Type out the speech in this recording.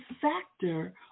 factor